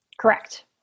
Correct